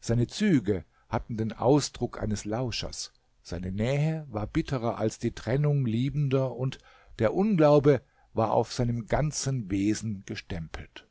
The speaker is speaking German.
seine züge hatten den ausdruck eines lauschers seine nähe war bitterer als die trennung liebender und der unglaube war auf seinem ganzen wesen gestempelt